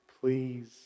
please